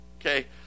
okay